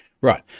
Right